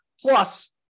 Plus